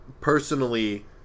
personally